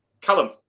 Callum